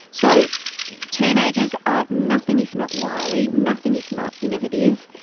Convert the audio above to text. so teenagers are nothing if not wily, nothing if not innovative,